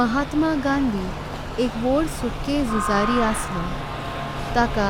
महात्मा गांधी एक व्हड्द सुतके जुझारी आसलो। ताका